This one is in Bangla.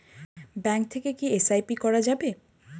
ব্যাঙ্ক থেকে কী এস.আই.পি করা যাবে?